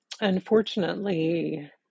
unfortunately